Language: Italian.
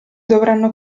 dovranno